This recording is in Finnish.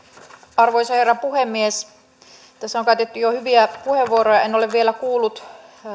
arvoisa herra puhemies tässä on käytetty jo hyviä puheenvuoroja en ole vielä kuullut